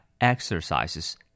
exercises